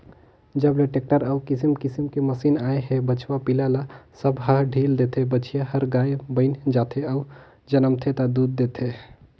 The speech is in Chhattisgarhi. जब ले टेक्टर अउ किसम किसम के मसीन आए हे बछवा पिला ल सब ह ढ़ील देथे, बछिया हर गाय बयन जाथे अउ जनमथे ता दूद देथे